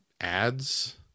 ads